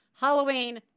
Halloween